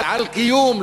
על קיום,